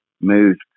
moved